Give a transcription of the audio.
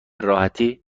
راحتی